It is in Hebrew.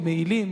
עם מעילים,